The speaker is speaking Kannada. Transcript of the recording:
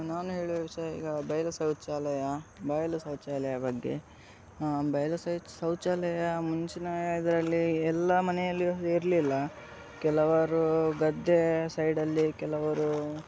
ನಾನು ಹೇಳುವ ವಿಷಯ ಈಗ ಬಯಲು ಶೌಚಾಲಯ ಬಯಲು ಶೌಚಾಲಯ ಬಗ್ಗೆ ಬಯಲು ಶೌಚ್ ಶೌಚಾಲಯ ಮುಂಚಿನ ಇದರಲ್ಲಿ ಎಲ್ಲ ಮನೆಯಲ್ಲಿಯೂ ಇರಲಿಲ್ಲ ಕೆಲವರು ಗದ್ದೆ ಸೈಡಲ್ಲಿ ಕೆಲವರು